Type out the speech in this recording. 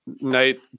night